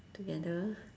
together